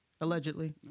Allegedly